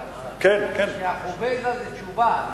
שהחוביזה זה תשובה,